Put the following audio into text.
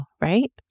right